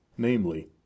Namely